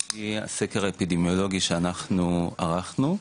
על פי הסקר האפידמיולוגי שאנחנו ערכנו,